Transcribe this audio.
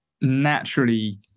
naturally